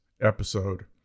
episode